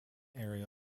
area